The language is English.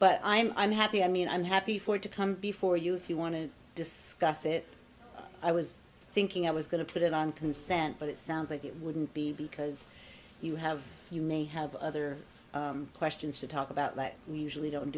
but i'm i'm happy i mean i'm happy for it to come before you if you want to discuss it i was thinking i was going to put it on consent but it sounds like it wouldn't be because you have you may have other questions to talk about that we usually don't